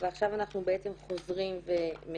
ועכשיו אנחנו בעצם חוזרים ומנסים.